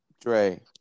Dre